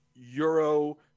euro